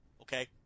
Okay